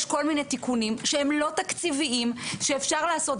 יש כל מיני תיקונים שהם לא תקציביים שאפשר לעשות.